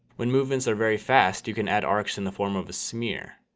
when movements are very fast you can add arcs in the form of a smear.